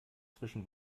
zwischen